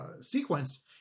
sequence